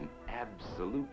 an absolute